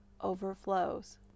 overflows